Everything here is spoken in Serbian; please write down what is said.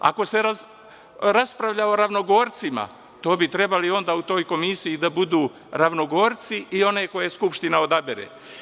Ako se raspravlja o Ravnogorcima, to bi trebali onda u toj komisiji da budu Ravnogorci i oni koje Skupština odabere.